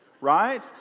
right